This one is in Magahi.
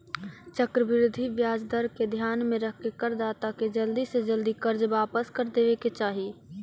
चक्रवृद्धि ब्याज दर के ध्यान में रखके करदाता के जल्दी से जल्दी कर्ज वापस कर देवे के चाही